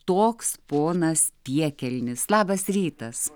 toks ponas piekelnis labas rytas